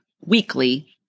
weekly